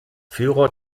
führer